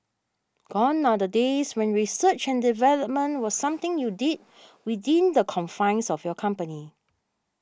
gone are the days when research and development was something you did within the confines of your company